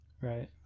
Right